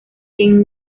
quien